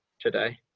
today